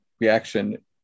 reaction